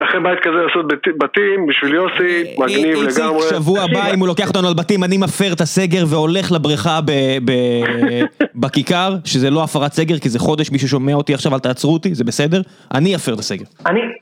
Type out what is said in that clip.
לכן בית כזה לעשות בתים, בשביל יוסי, מגניב לגמרי. איציק שבוע הבא אם הוא לוקח אותנו על בתים, אני מפר את הסגר והולך לבריכה ב.. ב.. בכיכר, (צחוק) שזה לא הפרת סגר, כי זה חודש, מי ששומע אותי עכשיו, אל תעצרו אותי, זה בסדר? אני אפר את הסגר. אני.